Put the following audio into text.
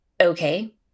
Okay